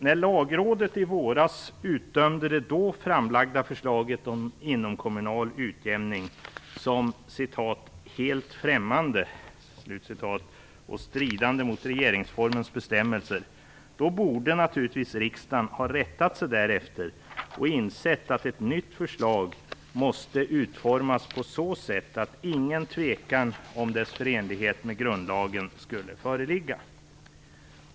När Lagrådet i våras utdömde det då framlagda förslaget om inomkommunal utjämning som "helt främmande" och stridande mot regeringsformens bestämmelser, borde naturligtvis riksdagen ha rättat sig därefter och insett att ett nytt förslag måste utformas på så sätt att ingen tvekan om dess förenlighet med grundlagen skulle föreligga.